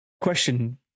Question